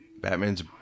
Batman's